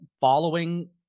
following